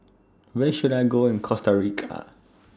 Where should I Go in Costa Rica